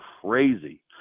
crazy